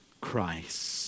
Christ